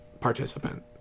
participant